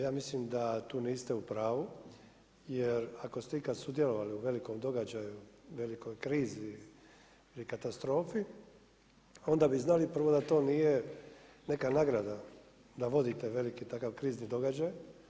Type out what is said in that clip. Ja mislim da tu niste u pravu, jer ako ste ikada sudjelovali u velikom događaju, velikoj krizi i katastrofi, onda bi znali, prvo da to nije neka nagrada, da vodite veliki takav krizni događaj.